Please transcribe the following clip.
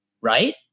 Right